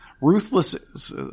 ruthless